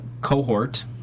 cohort